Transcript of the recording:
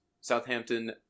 Southampton